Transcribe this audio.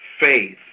faith